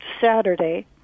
Saturday